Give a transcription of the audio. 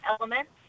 elements